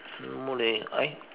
no more leh I